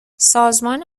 سازمان